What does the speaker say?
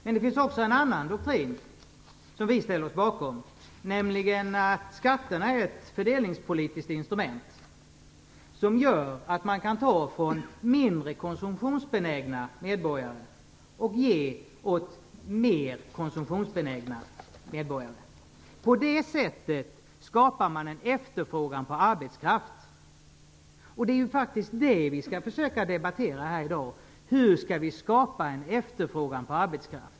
Men det finns också en annan doktrin som vi ställer oss bakom, nämligen att skatterna är ett fördelningspolitiskt instrument som gör att man kan ta från mindre konsumtionsbenägna medborgare och ge åt mer konsumtionsbenägna medborgare. På det sättet skapar man en efterfrågan på arbetskraft. Det är faktiskt det vi skall försöka debattera här i dag. Hur skall vi skapa en efterfrågan på arbetskraft?